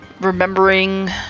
remembering